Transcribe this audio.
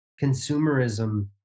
consumerism